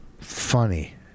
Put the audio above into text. Funny